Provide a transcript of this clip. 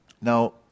Now